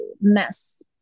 mess